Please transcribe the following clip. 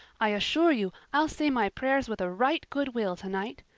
i assure you i'll say my prayers with a right good-will tonight.